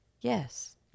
yes